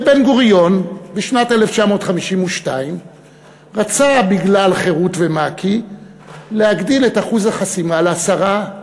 ובן-גוריון בשנת 1952 רצה בגלל חרות ומק"י להגדיל את אחוז החסימה ל-10%.